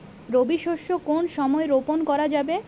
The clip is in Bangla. রবি শস্য কোন সময় রোপন করা যাবে?